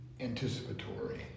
anticipatory